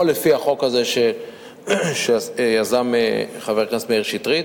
או לפי החוק הזה שיזם חבר הכנסת מאיר שטרית,